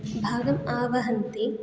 भागम् आवहन्ति